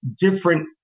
different